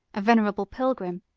a venerable pilgrim,